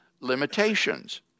limitations